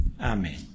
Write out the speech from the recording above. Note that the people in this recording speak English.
amen